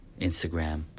Instagram